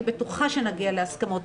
אני בטוחה שנגיע להסכמות.